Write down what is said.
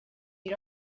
you